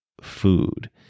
food